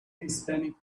hispanic